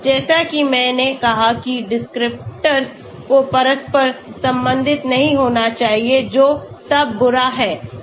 जैसा कि मैंने कहा कि डिस्क्रिप्टर को परस्पर संबंधित नहीं होना चाहिए जो तब बुरा है